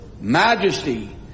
majesty